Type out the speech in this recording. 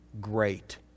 great